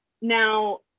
Now